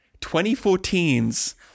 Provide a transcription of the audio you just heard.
2014's